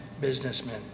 businessmen